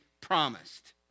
promised